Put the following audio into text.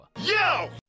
Yo